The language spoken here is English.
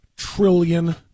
trillion